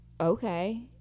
okay